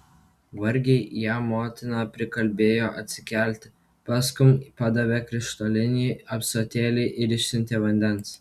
vargiai ją motina prikalbėjo atsikelti paskum padavė krištolinį ąsotėlį ir išsiuntė vandens